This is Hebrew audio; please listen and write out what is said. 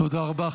תודה רבה.